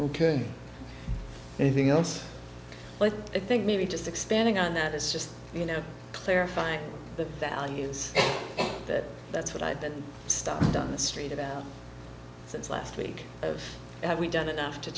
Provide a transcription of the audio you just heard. can anything else but i think maybe just expanding on that is just you know clarifying the values that that's what i've been stopped on the street about since last week have we done enough to